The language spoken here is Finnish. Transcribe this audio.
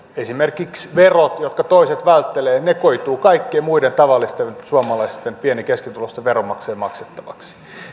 esimerkiksi ne verot joita toiset välttelevät koituvat kaikkien muiden tavallisten suomalaisten pieni ja keskituloisten veronmaksajien maksettaviksi